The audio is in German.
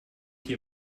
hier